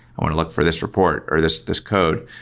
i want to look for this report, or this this code.